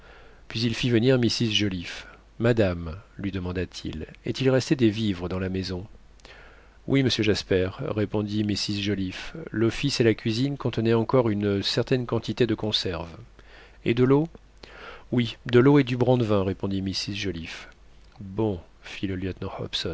puis il fit venir mrs joliffe madame lui demanda-t-il est-il resté des vivres dans la maison oui monsieur jasper répondit mrs joliffe l'office et la cuisine contenaient encore une certaine quantité de conserves et de l'eau oui de l'eau et du brandevin répondit mrs joliffe bon fit